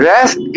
Rest